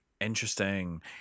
interesting